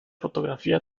fotografía